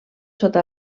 sota